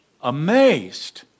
amazed